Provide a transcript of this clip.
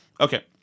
Okay